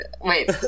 wait